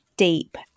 deep